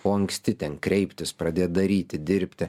o anksti ten kreiptis pradėt daryti dirbti